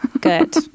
Good